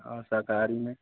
और शाकाहारी में